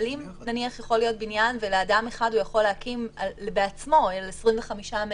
אבל יכול להיות שאדם אחד בבניין יקים בעצמו על 25 מטרים.